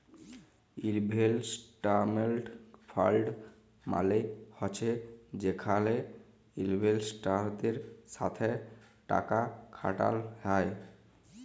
investment fund মালে হছে যেখালে ইলভেস্টারদের সাথে টাকা খাটাল হ্যয়